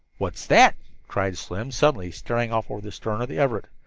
what's that? cried slim suddenly, staring off over the stern of the everett.